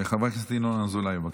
חבר הכנסת ינון אזולאי, בבקשה.